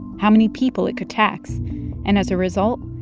how many people it could tax and, as a result,